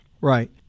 Right